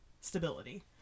stability